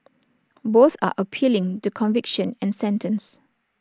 both are appealing the conviction and sentence